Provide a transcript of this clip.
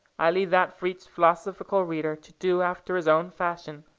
i leave that for each philosophical reader to do after his own fashion.